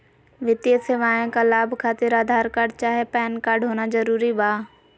वित्तीय सेवाएं का लाभ खातिर आधार कार्ड चाहे पैन कार्ड होना जरूरी बा?